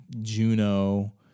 Juno